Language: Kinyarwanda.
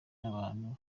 abantu